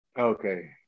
okay